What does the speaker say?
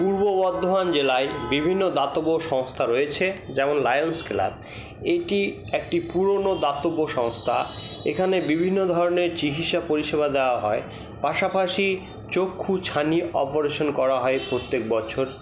পূর্ব বর্ধমান জেলায় বিভিন্ন দাতব্য সংস্থা রয়েছে যেমন লায়ন্স ক্লাব এটি একটি পুরনো দাতব্য সংস্থা এখানে বিভিন্ন ধরনের চিকিৎসা পরিষেবা দেওয়া হয় পাশাপাশি চক্ষুছানি অপরেশন করা হয় প্রত্যেক বছর